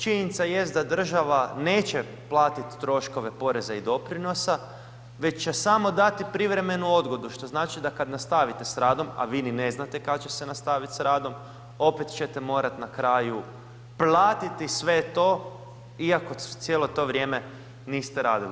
Činjenica jest da država neće platiti troškove poreza i doprinosa već će samo dati privremenu odgodu, što znači da kad nastavite s radom, a vi ni ne znate kad će se nastaviti s radom opet ćete morati na kraju platiti sve to iako cijelo to vrijeme niste radili.